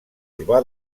urbà